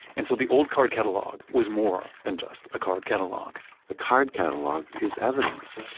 and so the old card catalog was more than just a card catalog the card catalog is evidence.